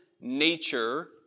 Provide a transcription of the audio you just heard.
nature